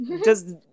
Does-